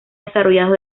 desarrollados